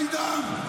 תודה.